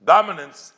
Dominance